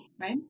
right